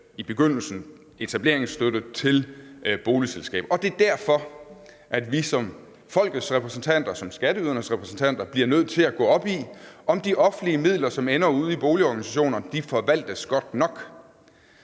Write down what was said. i begyndelsen etableringsstøtte til boligselskaber, og det er derfor, at vi som folkets repræsentanter og som skatteydernes repræsentanter bliver nødt til at gå op i, om de offentlige midler, som ender ude i boligorganisationerne, forvaltes godt nok.